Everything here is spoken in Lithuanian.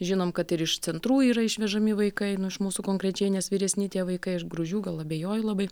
žinom kad ir iš centrų yra išvežami vaikai iš mūsų konkrečiai nes vyresni tie vaikai iš gruzdžių gal abejoju labai